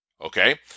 Okay